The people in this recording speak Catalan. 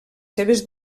seves